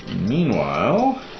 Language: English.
Meanwhile